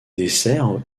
desserts